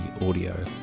audio